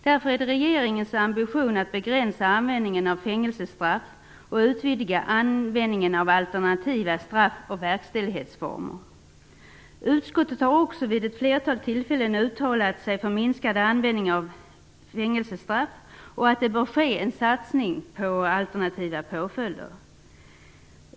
Därför är det regeringens ambition att begränsa användningen av fängelsestraff och utvidga användningen av alternativa straff och verkställighetsformer. Utskottet har också vid ett flertal tillfällen uttalat sig för en minskad användning av fängelsestraff och att det bör ske en satsning på alternativa påföljder.